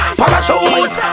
parachute